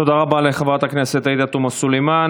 תודה רבה לחברת הכנסת עאידה תומא סלימאן.